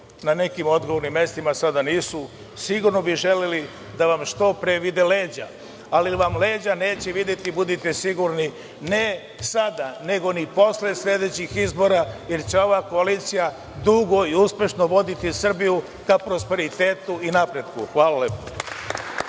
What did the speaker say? na nekim odgovornim mestima sada nisu, sigurno bi želeli da vam što pre vide leđa, ali vam leđa neće videti budite sigurni, ne sada, ni posle sledećih izbora, jer će ova koalicija dugo i uspešno voditi Srbiju ka prosperitetu i napretku. Hvala lepo.